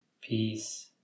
Peace